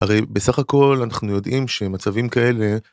הרי בסך הכל אנחנו יודעים שמצבים כאלה.